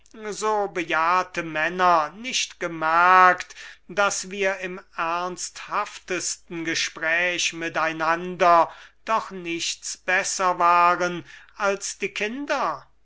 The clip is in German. so bejahrte männer nicht gemerkt daß wir im ernsthaftesten gespräch mit einander doch nichts besser waren als die kinder